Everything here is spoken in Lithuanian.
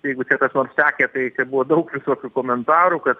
jeigu kas nors sekė tai buvo daug visokių komentarų kad